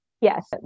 Yes